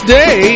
day